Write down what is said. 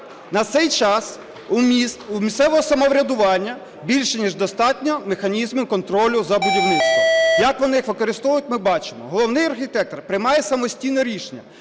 На цей час у міст, у місцевого самоврядування більше ніж достатньо механізмів контролю за будівництвом. Як вони їх використовують, ми бачимо. Головний архітектор приймає самостійне рішення.